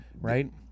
Right